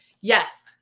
Yes